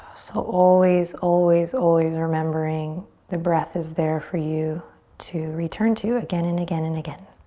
so always, always, always remembering the breath is there for you to return to again and again and again.